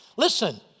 Listen